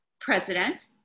president